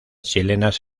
chilenas